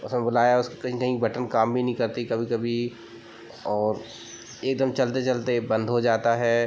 उसमें बुलाया उसके कहीं कहीं बटन काम भी नहीं करते कभी कभी और एक दम चलते चलते बंद हो जाता है